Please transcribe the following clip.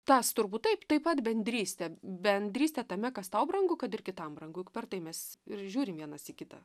tas turbūt taip taip pat bendrystė bendrystė tame kas tau brangu kad ir kitam brangu juk per tai mes ir žiūrim vienas į kitą